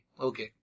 Okay